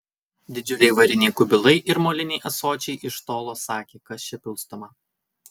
didžiuliai variniai kubilai ir moliniai ąsočiai iš tolo sakė kas čia pilstoma